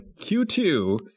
Q2